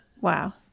wow